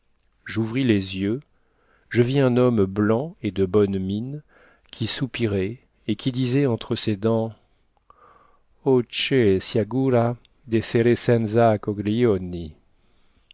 j'ouvris les yeux je vis un homme blanc et de bonne mine qui soupirait et qui disait entre ses dents